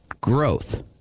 growth